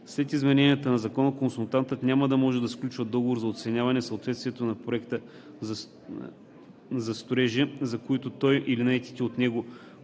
След измененията на Закона консултантът няма да може да сключва договор за оценяване съответствието на проекта за строежи, за които той или наетите от него по друго,